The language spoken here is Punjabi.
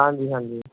ਹਾਂਜੀ ਹਾਂਜੀ